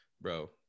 bro